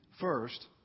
first